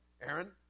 Aaron